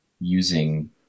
using